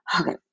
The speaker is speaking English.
Okay